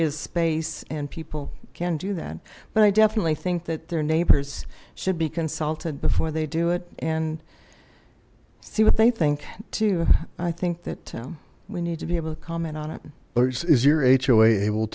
is space and people can do that but i definitely think that their neighbors should be consulted before they do it and see what they think i think that we need to be able to comment on it is your hoa able